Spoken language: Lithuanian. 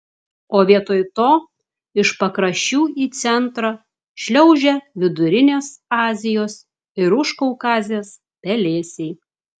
o vietoj to iš pakraščių į centrą šliaužia vidurinės azijos ir užkaukazės pelėsiai